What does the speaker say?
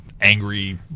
angry